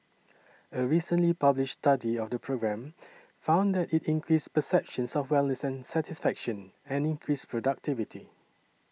a recently published study of the program found that it increased perceptions of wellness and satisfaction and increased productivity